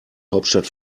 hauptstadt